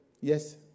Yes